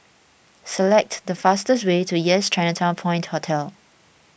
select the fastest way to Yes Chinatown Point Hotel